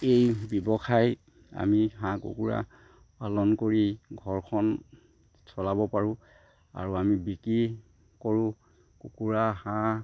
এই ব্যৱসায় আমি হাঁহ কুকুৰা পালন কৰি ঘৰখন চলাব পাৰোঁ আৰু আমি বিক্ৰী কৰোঁ কুকুৰা হাঁহ